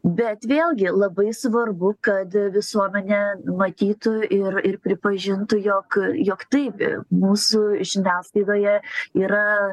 bet vėlgi labai svarbu kad visuomenė matytų ir ir pripažintų jog jog taip mūsų žiniasklaidoje yra